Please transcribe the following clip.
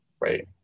Right